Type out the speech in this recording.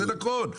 זה נכון.